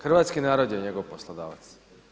Hrvatski narod je njegov poslodavac.